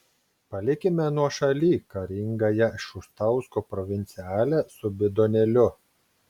palikime nuošaly karingąją šustausko provincialę su bidonėliu